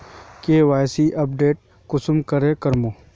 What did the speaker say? KYC update कुंसम करे करूम?